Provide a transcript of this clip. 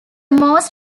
most